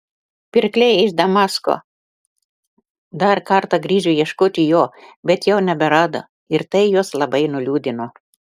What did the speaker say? pirkliai iš damasko dar kartą grįžo ieškoti jo bet jau neberado ir tai juos labai nuliūdino